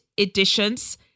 editions